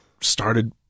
started